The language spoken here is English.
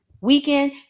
weekend